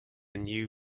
new